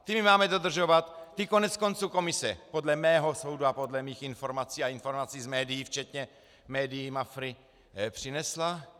Ty my máme dodržovat, ty koneckonců komise podle mého soudu a podle mých informací a informací z médií, včetně médií Mafry, přinesla.